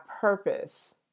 purpose